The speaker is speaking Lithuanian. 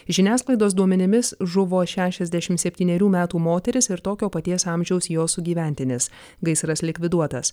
žiniasklaidos duomenimis žuvo šešiasdešimt septynerių metų moteris ir tokio paties amžiaus jos sugyventinis gaisras likviduotas